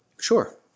Sure